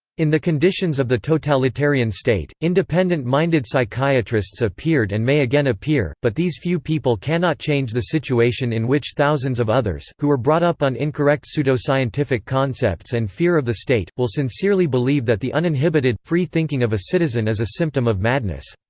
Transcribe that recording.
in the conditions of the totalitarian state, independent-minded psychiatrists appeared and may again appear, but these few people cannot change the situation in which thousands of others, who were brought up on incorrect pseudoscientific concepts and fear of the state, will sincerely believe that the uninhibited, free thinking of a citizen is a symptom of madness.